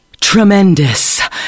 Tremendous